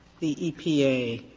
the epa